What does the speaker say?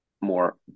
more